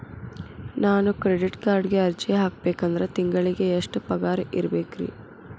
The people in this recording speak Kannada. ನಾನು ಕ್ರೆಡಿಟ್ ಕಾರ್ಡ್ಗೆ ಅರ್ಜಿ ಹಾಕ್ಬೇಕಂದ್ರ ತಿಂಗಳಿಗೆ ಎಷ್ಟ ಪಗಾರ್ ಇರ್ಬೆಕ್ರಿ?